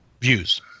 views